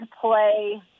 play